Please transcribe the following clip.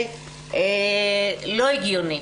לא הגיוני.